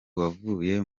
wavuye